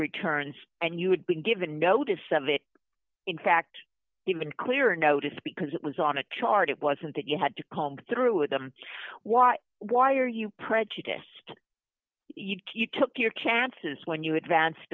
returns and you had been given notice of it in fact even clearer notice because it was on a chart it wasn't that you had to come through them what why are you prejudiced you took your chances when you advanced